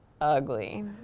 ugly